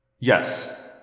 Yes